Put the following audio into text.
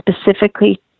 specifically